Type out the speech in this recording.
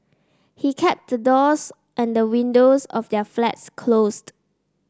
he kept the doors and windows of their flats closed